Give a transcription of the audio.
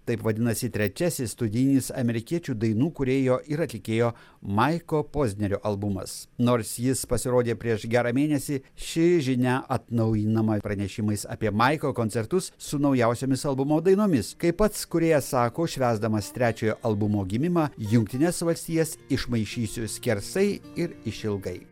taip vadinasi trečiasis studijinis amerikiečių dainų kūrėjo ir atlikėjo maiko pozdnerio albumas nors jis pasirodė prieš gerą mėnesį ši žinia atnaujinama pranešimais apie maiko koncertus su naujausiomis albumo dainomis kaip pats kūrėjas sako švęsdamas trečiojo albumo gimimą jungtines valstijas išmaišysiu skersai ir išilgai